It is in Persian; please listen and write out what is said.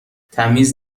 تمیز